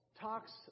talks